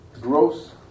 gross